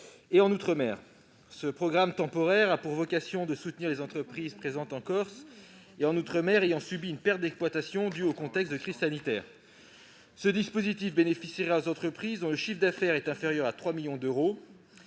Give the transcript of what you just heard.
et en outre-mer ». Ce programme temporaire a vocation à soutenir les entreprises présentes en Corse et outre-mer ayant subi une perte d'exploitation du fait de la crise sanitaire. Ce dispositif bénéficiera aux entreprises, dont le chiffre d'affaires est inférieur à 3 millions d'euros